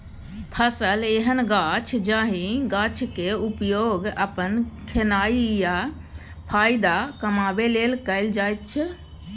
फसल एहन गाछ जाहि गाछक उपयोग अपन खेनाइ या फाएदा कमाबै लेल कएल जाइत छै